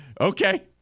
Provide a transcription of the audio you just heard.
okay